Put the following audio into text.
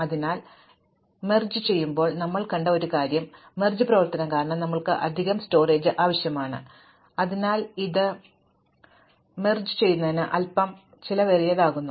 അതിനാൽ ലയനം അടുക്കുന്നതിൽ ഞങ്ങൾ കണ്ട ഒരു കാര്യം ലയന പ്രവർത്തനം കാരണം ഞങ്ങൾക്ക് അധിക സംഭരണം ആവശ്യമാണ് അതിനാൽ ഇത് ലയനം അടുക്കുന്നതിന് അൽപ്പം ചെലവേറിയതാക്കുന്നു